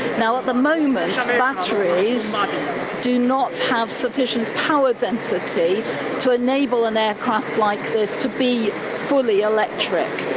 now, at the moment, batteries do not have sufficient power density to enable an aircraft like this to be fully electric,